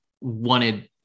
wanted